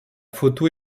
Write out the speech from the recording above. photo